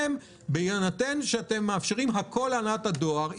בהינתן שאתם מאפשרים הכול להנהלת הדואר,